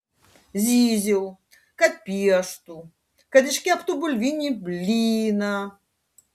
zyziau kad pieštų kad iškeptų bulvinį blyną